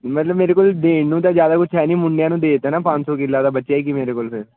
ਮਤਲਬ ਮੇਰੇ ਕੋਲ ਦੇਣ ਨੂੰ ਤਾਂ ਜ਼ਿਆਦਾ ਕੁਝ ਹੈ ਨਹੀਂ ਮੁੰਡਿਆਂ ਨੂੰ ਦੇ ਦਿੱਤਾ ਨਾ ਪੰਜ ਸੌ ਕਿੱਲਾ ਤਾਂ ਬਚਿਆ ਹੀ ਕੀ ਮੇਰੇ ਕੋਲ ਫਿਰ